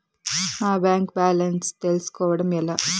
నా bank balance తెలుస్కోవడం ఎలా?